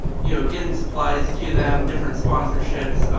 you know getting supplies to them, different sponsorships,